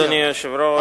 אדוני היושב-ראש,